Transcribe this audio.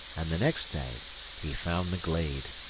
and the next day he found the glade.